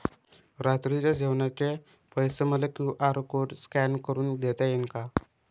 रात्रीच्या जेवणाचे पैसे मले क्यू.आर कोड स्कॅन करून देता येईन का?